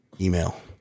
email